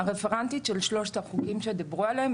של שלושת החוקים שדיברו עליהם.